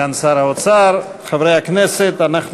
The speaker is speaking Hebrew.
אני מזמין את סגן שר האוצר חבר הכנסת מיקי לוי.